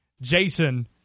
Jason